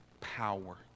power